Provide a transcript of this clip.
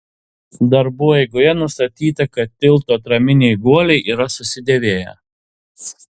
darbų eigoje nustatyta kad tilto atraminiai guoliai yra susidėvėję